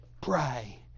pray